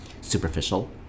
Superficial